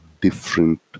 different